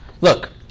Look